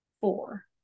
four